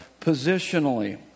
Positionally